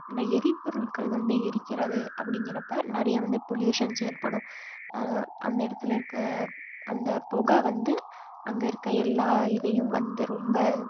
இந்த எரி பொருட்கள் வந்து எரிக்கிறது அப்படிங்கிறப்ப நிறைய வந்து பொலுஷன்ஸ் ஏற்படும் அந்த இடத்துல இருக்க அந்த புகை வந்து அங்கே இருக்க எல்லா இதையும் வந்து ரொம்ப